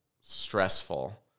stressful